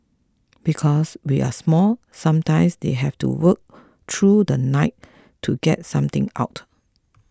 because we are small sometimes they have to work through the night to get something out